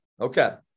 Okay